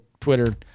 Twitter